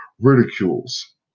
ridicules